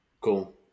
Cool